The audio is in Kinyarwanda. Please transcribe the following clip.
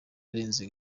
arenze